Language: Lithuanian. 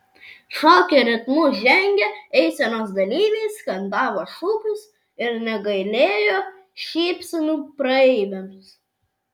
šokio ritmu žengę eisenos dalyviai skandavo šūkius ir negailėjo šypsenų praeiviams